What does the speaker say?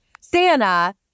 Santa